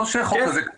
לא זה מה שנאמר.